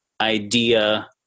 idea